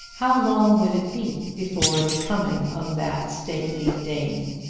how long would it be before the coming of that stately dame?